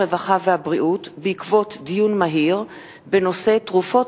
הרווחה והבריאות בעקבות דיון מהיר בנושא: תרופות